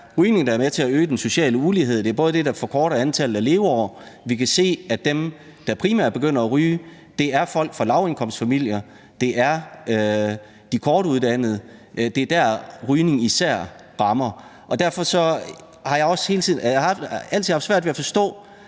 rygning, der er med til at øge den sociale ulighed. Det er bl.a. det, der forkorter antallet af leveår. Vi kan se, at dem, der primært begynder at ryge, er folk fra lavindkomstfamilier, det er de kortuddannede; det er der, rygningen især rammer. Derfor har jeg også altid haft svært ved at forstå,